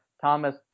Thomas